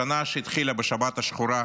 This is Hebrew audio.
השנה שהתחילה בשבת השחורה,